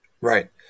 Right